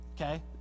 Okay